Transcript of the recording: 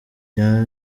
kwaka